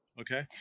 Okay